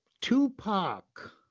Tupac